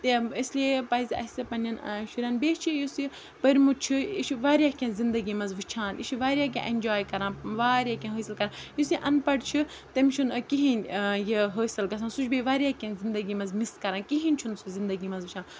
تِم اسلیے پَزِ اَسہِ پنٛنٮ۪ن شُرٮ۪ن بیٚیہِ چھِ یُس یہِ پٔرۍمُت چھُ یہِ چھُ واریاہ کینٛہہ زندگی منٛز وٕچھان یہِ چھِ واریاہ کینٛہہ اٮ۪نجاے کَران واریاہ کینٛہہ حٲصِل کَران یُس یہِ اَن پَڑھ چھُ تٔمِس چھُنہٕ کِہیٖنۍ یہِ حٲصِل گژھان سُہ چھُ بیٚیہِ واریاہ کینٛہہ زندگی منٛز مِس کَران کِہیٖنۍ چھُنہٕ سُہ زندگی منٛز وٕچھان